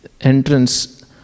entrance